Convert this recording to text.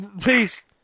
Peace